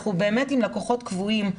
ואנחנו באמת עם לקוחות קבועים.